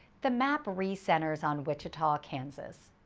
the map re-centers on wichita, kansas.